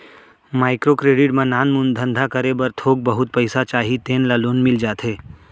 micro credit म नानमुन धंधा करे बर थोक बहुत पइसा चाही तेन ल लोन मिल जाथे